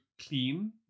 clean